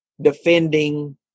defending